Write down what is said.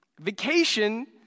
Vacation